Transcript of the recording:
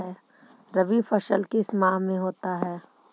रवि फसल किस माह में होता है?